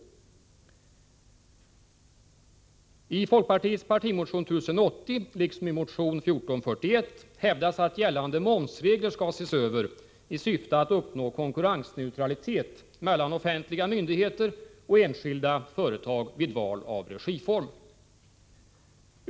I folkpartiets partimotion 1080 liksom i motion 1441 hävdas att gällande momsregler skall ses över i syfte att uppnå konkurrensneutralitet mellan offentliga myndigheter och enskilda företag vid val av regiform.